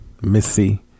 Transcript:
Missy